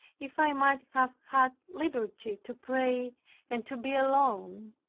if i might have had liberty to pray and to be alone,